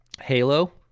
Halo